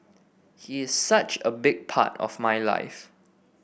he is such a big part of my life